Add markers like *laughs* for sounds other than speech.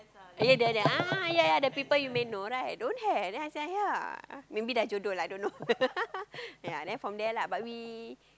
ya that that a'ah ya ya the people you may know right don't have then I say ya maybe sudah jodoh lah I don't know *laughs* ya then from there lah but we